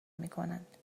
میکنند